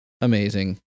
amazing